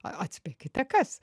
atspėkite kas